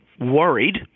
worried